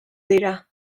dira